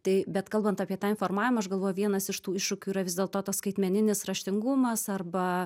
tai bet kalbant apie tą informavimą aš galvoju vienas iš tų iššūkių yra vis dėlto tas skaitmeninis raštingumas arba